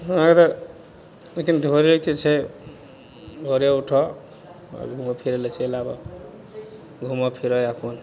हमरा तऽ लेकिन दौड़ैके छै भोरे उठऽ आओर घुमै फिरै ले चलि आबऽ घुमऽ फिरऽ अपन